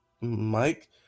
Mike